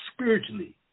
spiritually